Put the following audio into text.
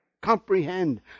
comprehend